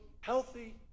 healthy